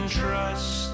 trust